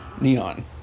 Neon